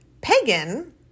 pagan